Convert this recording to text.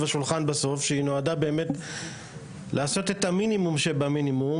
השולחן שהיא נועדה באמת לעשות את המינימום שבמינימום.